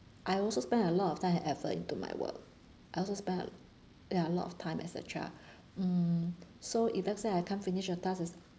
I also spend a lot of time and effort into my work I also spend ya a lot of time at cetera mm so if let's say I can't finish a task is